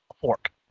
fork